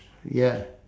ya